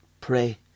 pray